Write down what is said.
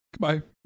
goodbye